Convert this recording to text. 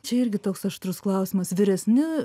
čia irgi toks aštrus klausimas vyresni